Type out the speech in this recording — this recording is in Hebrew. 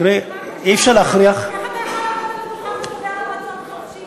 איך אתה יכול לעמוד על הדוכן ולדבר על רצון חופשי?